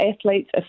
athletes